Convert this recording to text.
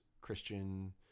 Christian